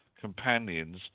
companions